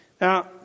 Now